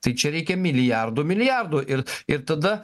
tai čia reikia milijardų milijardų ir ir tada